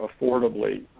affordably